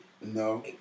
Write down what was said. No